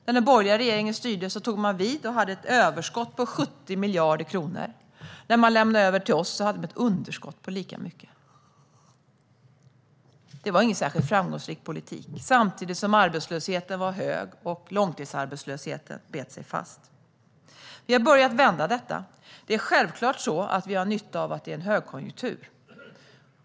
När den borgerliga regeringen tog vid hade staten ett överskott på 70 miljarder kronor. När man lämnade över till oss hade staten ett underskott på lika mycket. Det var ingen särskilt framgångsrik politik samtidigt som arbetslösheten var hög och långtidsarbetslösheten bet sig fast. Vi har börjat vända detta. Det är självklart så att vi har nytta av att det är högkonjunktur.